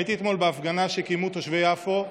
הייתי אתמול בהפגנה שקיימו תושבי יפו,